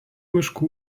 miškų